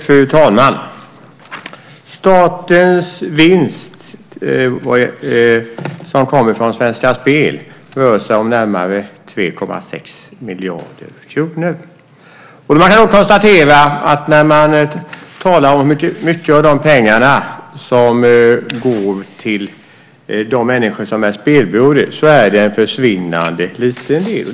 Fru talman! Statens vinst som kommer från Svenska Spel rör sig om närmare 3,6 miljarder kronor. Man kan då konstatera att de pengar som går till människor som är spelberoende är en försvinnande liten del.